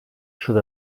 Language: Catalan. sud